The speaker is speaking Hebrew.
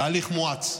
בהליך מואץ.